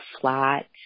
flat